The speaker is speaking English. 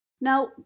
Now